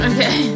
Okay